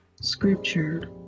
scripture